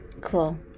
Cool